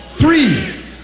three